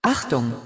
Achtung